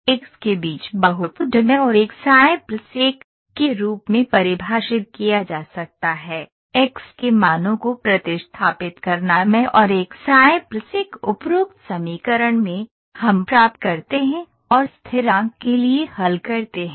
x के बीच बहुपदमैं और एक्सi 1 के रूप में परिभाषित किया जा सकता है X के मानों को प्रतिस्थापित करनामैं और एक्सi 1 उपरोक्त समीकरण में हम प्राप्त करते हैं और स्थिरांक के लिए हल करते हैं